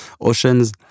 oceans